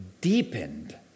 deepened